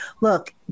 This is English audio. look